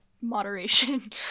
moderation